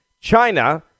China